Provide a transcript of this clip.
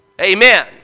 Amen